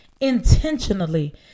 intentionally